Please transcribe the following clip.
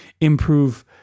improve